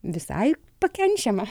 visai ir pakenčiama